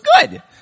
good